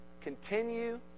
Continue